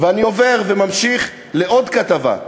ואני עובר וממשיך לעוד כתבה,